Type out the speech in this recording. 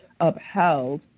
upheld